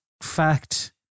fact